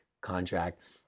contract